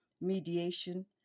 mediation